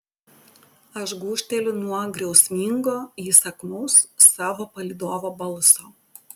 aš gūžteliu nuo griausmingo įsakmaus savo palydovo balso